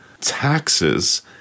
taxes